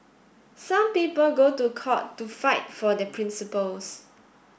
some people go to court to fight for their principles